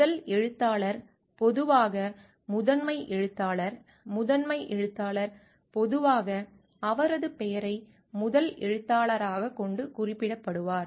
முதல் எழுத்தாளர் பொதுவாக முதன்மை எழுத்தாளர் முதன்மை எழுத்தாளர் பொதுவாக அவரது பெயரை முதல் எழுத்தாளராகக் கொண்டு குறிப்பிடப்படுவார்